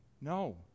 No